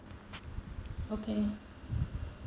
okay